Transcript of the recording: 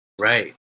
Right